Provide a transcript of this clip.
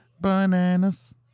bananas